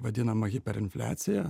vadinama hiperinfliacija